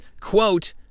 quote